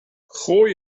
gooi